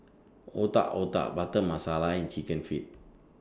Otak Otak Butter Masala and Chicken Feet